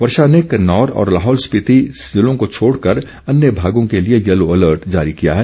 विभाग ने किन्नौर और लाहौल स्पिति जिलों को छोड़कर अन्य भागों के लिए येलो अर्ल्ट जारी किया है